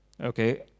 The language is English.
okay